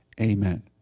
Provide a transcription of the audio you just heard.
Amen